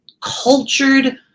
cultured